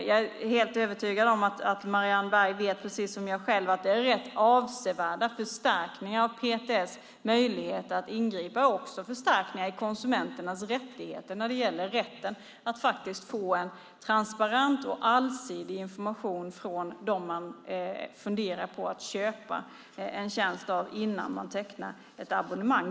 Jag är helt övertygad om att Marianne Berg precis som jag själv vet att det är rätt avsevärda förstärkningar av PTS möjligheter att ingripa och också förstärkningar av konsumenternas rättigheter när det gäller rätten att faktiskt få en transparent och allsidig information från dem man funderar att köpa en tjänst av innan man tecknar ett abonnemang.